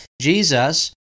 Jesus